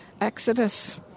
Exodus